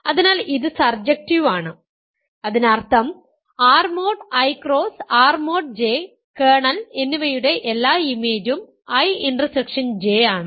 അതിനാൽ ഇത് സർജക്ടീവ് ആണ് അതിനർത്ഥം R mod I cross R mod J kernel എന്നിവയുടെ എല്ലാ ഇമേജും I ഇന്റർസെക്ഷൻ J ആണ്